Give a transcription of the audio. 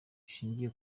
bishingiye